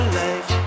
life